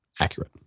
accurate